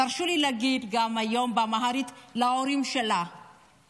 תרשו לי להגיד גם היום באמהרית להורים שלה: